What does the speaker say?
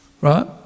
right